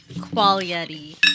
quality